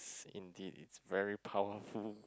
indeed it's very powerful